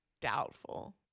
Doubtful